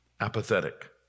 apathetic